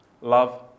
love